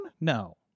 no